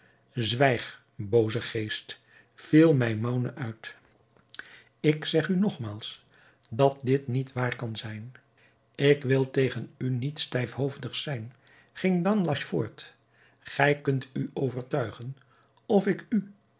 zwijg booze geest viel maimoune uit ik zeg u nogmaals dat dit niet waar kan zijn ik wil tegen u niet stijfhoofdig zijn ging danhasch voort gij kunt u overtuigen of ik u